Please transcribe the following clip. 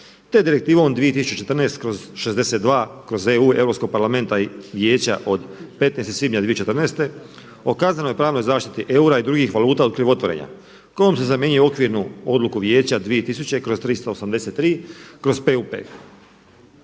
te Direktivom 2014/62/EU Europskog parlamenta i Vijeća od 15. svibnja 2014. o kaznenoj pravnoj zaštiti eura i drugih valuta od krivotvorenja kojom se zamjenjuje okvirnu odluku vijeća 2000/383/PUP.